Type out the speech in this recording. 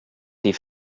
tes